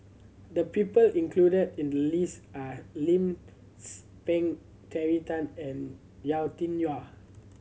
the people included in the list are Lim Tze Peng Terry Tan and Yau Tian Yau